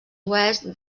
oest